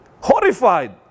horrified